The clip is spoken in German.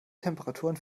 temperaturen